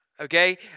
Okay